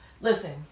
Listen